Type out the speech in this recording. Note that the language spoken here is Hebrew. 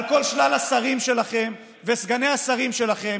על כל שלל השרים שלכם וסגני השרים שלכם,